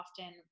often